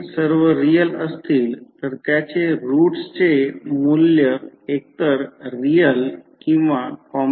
तर या प्रकरणात 2 झेड म्हणा आणि त्यास मूळ प्रतिबाधा 0